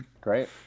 Great